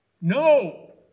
No